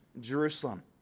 Jerusalem